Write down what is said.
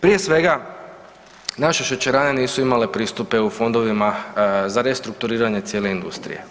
Prije svega naše šećerane nisu imale pristupe u fondovima za restrukturiranje cijele industrije.